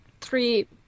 three